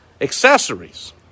accessories